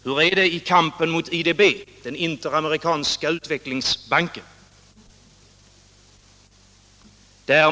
Hur är det i kampen mot IDB, den interamerikanska utvecklingsbanken?